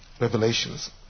Revelations